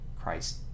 Christ